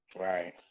right